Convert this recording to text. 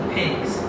pigs